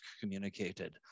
communicated